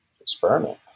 experiment